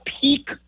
peak